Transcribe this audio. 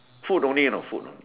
food only you know food only